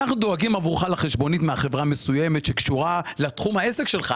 אנחנו דואגים עבורך לחשבונית מחברה מסוימת שקשורה לתחום העסק שלך,